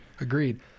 Agreed